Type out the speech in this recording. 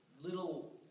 little